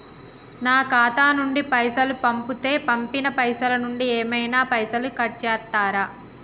నా ఖాతా నుండి పైసలు పంపుతే పంపిన పైసల నుంచి ఏమైనా పైసలు కట్ చేత్తరా?